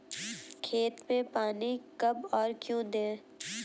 खेत में पानी कब और क्यों दें?